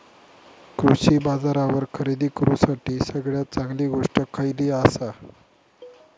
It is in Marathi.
कृषी बाजारावर खरेदी करूसाठी सगळ्यात चांगली गोष्ट खैयली आसा?